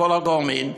כל הגורמים,